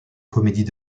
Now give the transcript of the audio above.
comédies